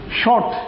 short